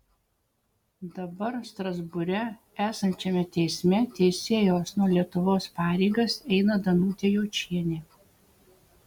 dabar strasbūre esančiame teisme teisėjos nuo lietuvos pareigas eina danutė jočienė